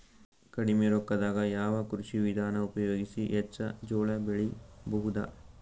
ಕಡಿಮಿ ರೊಕ್ಕದಾಗ ಯಾವ ಕೃಷಿ ವಿಧಾನ ಉಪಯೋಗಿಸಿ ಹೆಚ್ಚ ಜೋಳ ಬೆಳಿ ಬಹುದ?